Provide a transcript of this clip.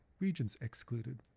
regions excluded,